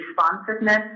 responsiveness